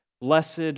blessed